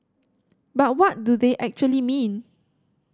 but what do they actually mean